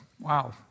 Wow